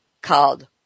called